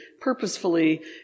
purposefully